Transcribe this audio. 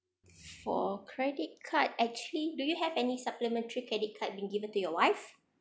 for credit card actually do you have any supplementary credit card been given to your wife